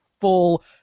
full